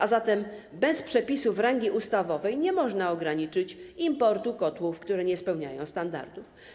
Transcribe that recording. A zatem bez przepisów rangi ustawowej nie można ograniczyć importu kotłów, które nie spełniają standardów.